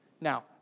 Now